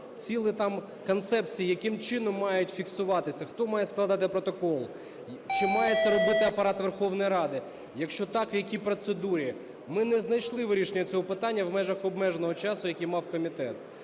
цілі там концепції – яким чином мають фіксуватися, хто має складати протокол, чи має це робити Апарат Верховної Ради, якщо так, в якій процедурі – ми не знайшли вирішення цього питання в межах обмеженого часу, який мав комітет.